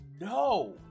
No